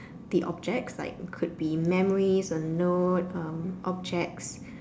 the objects like could be memories or note um objects